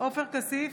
עופר כסיף,